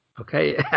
Okay